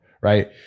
right